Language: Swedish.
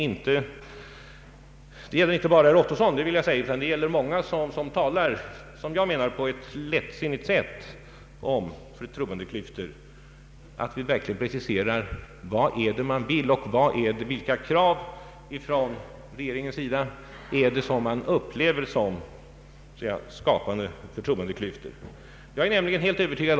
Detta gäller inte bara herr Ottosson — det vill jag säga — utan det gäller också andra som talar på ett enligt mitt förmenande lättsinnigt sätt om förtroendeklyftor. Det bör kunna resas krav på att verkligen få preciserat vad det är man vill och vilka krav från regeringens sida som man upplever såsom skapande förtroendeklyftor.